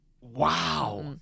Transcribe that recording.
Wow